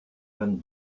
vingt